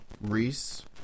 Reese